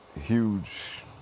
huge